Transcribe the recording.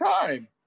time